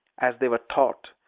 as they were taught,